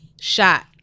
shot